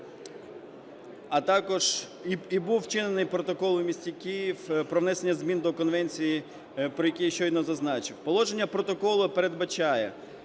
а також… і був вчинений Протокол у місті Київ про внесення змін до Конвенції, про який я щойно зазначив. Положення Протоколу передбачає